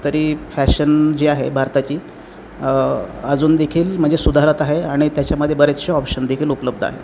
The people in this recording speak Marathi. तरी फॅशन जी आहे भारताची अजून देखील म्हणजे सुधारत आहे आणि त्याच्यामध्ये बरेचसे ऑप्शनदेखील उपलब्ध आहे